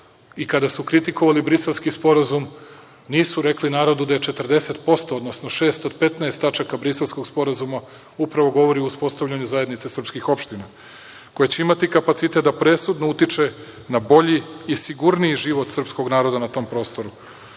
i kada su kritikovali Briselski sporazum, nisu rekli narodu da 40%, odnosno šest od 15 tačaka Briselskog sporazuma, upravo govori o uspostavljanju zajednice srpskih opština, koja će imati kapacitet da presudno utiče na bolji i sigurniji život srpskog naroda na tom prostoru. Srbija